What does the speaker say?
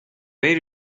they